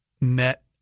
met